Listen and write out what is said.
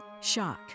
shock